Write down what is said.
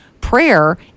prayer